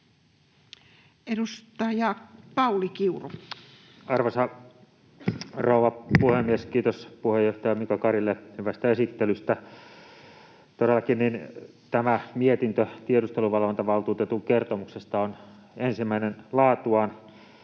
21:26 Content: Arvoisa rouva puhemies! Kiitos puheenjohtaja Mika Karille hyvästä esittelystä. Todellakin tämä mietintö tiedusteluvalvontavaltuutetun kertomuksesta on ensimmäinen laatuaan.